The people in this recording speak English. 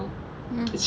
mm